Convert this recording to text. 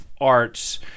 arts